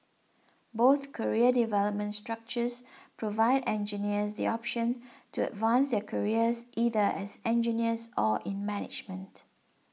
both career development structures provide engineer the option to advance their careers either as engineers or in management